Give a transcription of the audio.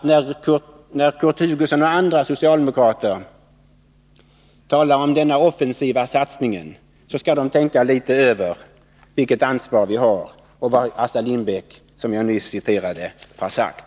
När Kurt Hugosson och andra socialdemokrater talar om offensiva satsningar bör de nog tänka över vilket ansvar vi har och vad Assar Lindbeck, som jag nyss citerade, har sagt.